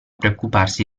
preoccuparsi